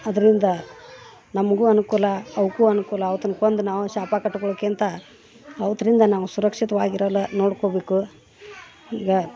ಅದರಿಂದ ನಮಗೂ ಅನುಕೂಲ ಅವಕ್ಕೂ ಅನುಕೂಲ ಅವನ್ ಕೊಂದು ನಾವು ಶಾಪ ಕಟ್ಕೊಳೋಕಿಂತ ಅವರಿಂದ ನಾವು ಸುರಕ್ಷಿತ್ವಾಗಿರಲು ನೋಡ್ಕೋಬೇಕು ಹೀಗೆ